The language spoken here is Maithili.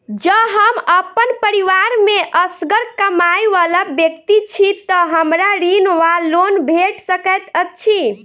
जँ हम अप्पन परिवार मे असगर कमाई वला व्यक्ति छी तऽ हमरा ऋण वा लोन भेट सकैत अछि?